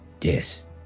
Yes